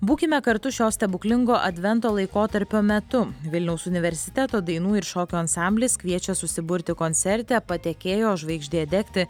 būkime kartu šio stebuklingo advento laikotarpio metu vilniaus universiteto dainų ir šokių ansamblis kviečia susiburti koncerte patekėjo žvaigždė degti